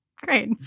Great